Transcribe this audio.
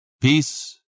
Peace